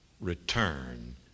return